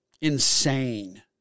insane